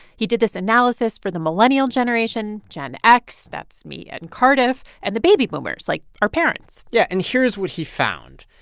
he did this analysis for the millennial generation, gen x that's me and cardiff and the baby boomers, like our parents yeah, and here's what he found.